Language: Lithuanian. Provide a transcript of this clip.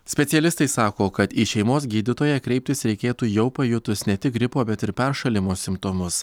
specialistai sako kad į šeimos gydytoją kreiptis reikėtų jau pajutus ne tik gripo bet ir peršalimo simptomus